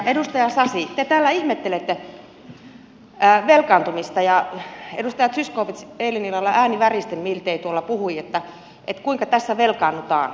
edustaja sasi te täällä ihmettelette velkaantumista ja edustaja zyskowicz eilen illalla miltei ääni väristen tuolla puhui kuinka tässä velkaannutaan